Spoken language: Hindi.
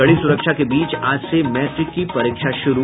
कड़ी सुरक्षा के बीच आज से मैट्रिक की परीक्षा शुरू